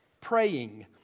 praying